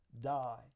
die